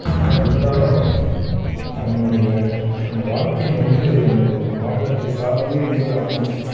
ஆனால் இருந்தாலும் அவங்களுடைய அந்த வாழ்க்கை வந்து அந்த அந்த வாகனத்தை சார்ந்தே இயங்க ஆரம்பிச்சிடுச்சு